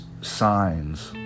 signs